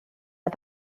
are